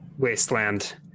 wasteland